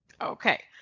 Okay